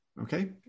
okay